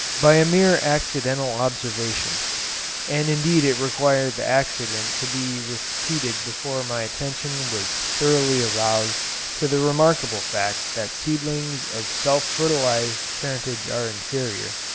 by a mere accidental observation and indeed it required the accident to be repeated before my attention was thoroughly aroused to the remarkable fact that seedlings of self-fertilised parentage are inferior,